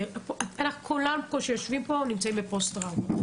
כל מי שיושב פה נמצא בפוסט טראומה.